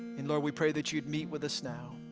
and lord we pray that you'd meet with us now.